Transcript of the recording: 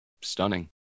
stunning